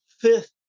fifth